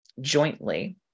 jointly